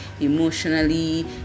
emotionally